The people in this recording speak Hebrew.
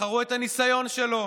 בחרו את הניסיון שלו,